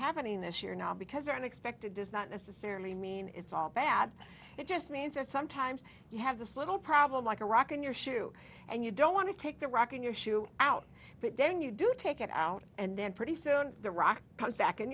happening this year not because they're unexpected does not necessarily mean it's all bad it just means that sometimes you have this little problem like a rock in your shoe and you don't want to take that rock in your shoe out but then you do take it out and then pretty soon the rock comes back and